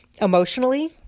emotionally